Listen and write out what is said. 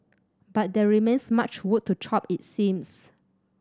but there remains much wood to chop it seems